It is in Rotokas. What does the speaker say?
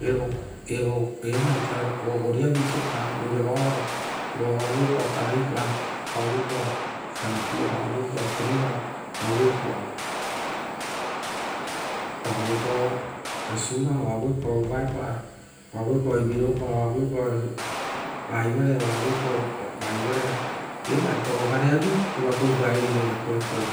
Evo, evo evaita gogoriavi kepa oina varo uva oavue pao turaipa, oavuepa o eraopa oavuepao periva, oavuepao oavuepao eviropa, oavuepao va i varaia oavuepao vaivaraia eva ita uva gareavi uva tou paeveira eira koekoe